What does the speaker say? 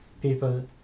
people